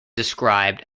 described